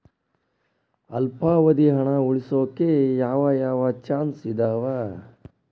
ಅಲ್ಪಾವಧಿ ಹಣ ಉಳಿಸೋಕೆ ಯಾವ ಯಾವ ಚಾಯ್ಸ್ ಇದಾವ?